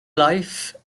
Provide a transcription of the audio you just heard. life